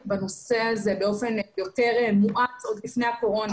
בנושא הזה באופן יותר מואץ עוד לפני הקורונה,